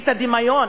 את הדמיון,